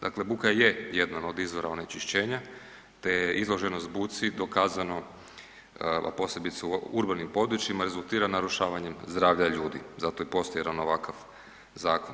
Dakle, buka je jedan od izvora onečišćenja te je izloženost buci dokazano a posebice u urbanim područjima, rezultira narušavanjem zdravlja ljudi, zato i postoji jedan ovakav zakon.